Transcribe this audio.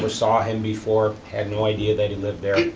ah saw him before, had no idea that he lived there.